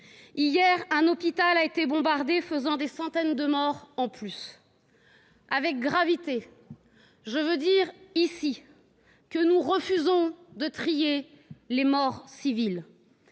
Hier, un hôpital a été bombardé, faisant des centaines de morts supplémentaires. Avec gravité, je veux dire ici que nous refusons de trier les morts civils.